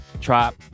Trap